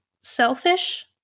selfish